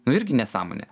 nu irgi nesąmonė